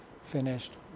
finished